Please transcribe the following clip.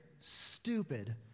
stupid